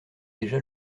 déjà